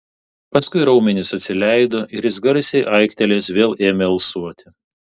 paskui raumenys atsileido ir jis garsiai aiktelėjęs vėl ėmė alsuoti